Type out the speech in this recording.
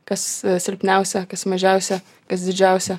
kas silpniausią kas mažiausią kas didžiausią